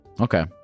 Okay